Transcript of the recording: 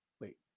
Wait